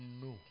no